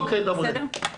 בסדר, דברי.